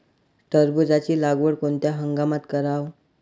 टरबूजाची लागवड कोनत्या हंगामात कराव?